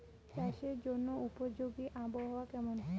চাষের জন্য উপযোগী আবহাওয়া কেমন?